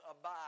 abide